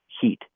heat